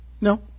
No